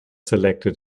selected